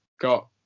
got